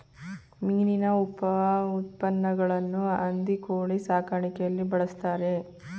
ಮೀನಿನ ಉಪಉತ್ಪನ್ನಗಳನ್ನು ಹಂದಿ ಕೋಳಿ ಸಾಕಾಣಿಕೆಯಲ್ಲಿ ಬಳ್ಸತ್ತರೆ